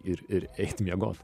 ir ir eit miegot